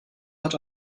hat